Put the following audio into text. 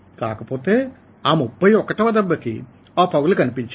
కాకపోతే ఆ 31 వ దెబ్బకి ఆ పగులు కనిపించింది